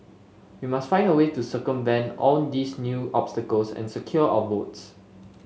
we must find a way to circumvent all these new obstacles and secure our votes